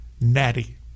Natty